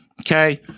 Okay